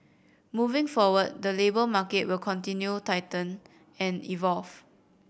moving forward the labour market will continue tighten and evolve